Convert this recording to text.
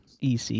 EC